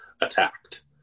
attacked